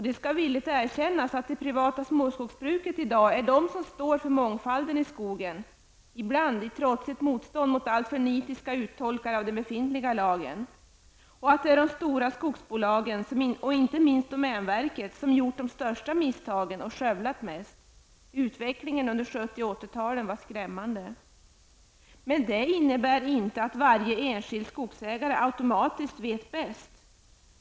Det skall villigt erkännas att det privata småskogsbruket i dag är det som står för mångfalden i skogen -- ibland i trotsigt mostånd mot alltför nitiska uttolkare av den befintliga lagen -- och att det är de stora skogsbolagen, inte minst domänverket, som har gjort de största misstagen och skövlat mest. Utvecklingen under 70 och 80-talen var skrämmande. Detta innebär dock inte att varje enskild skogsägare automatiskt vet bäst.